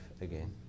again